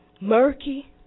murky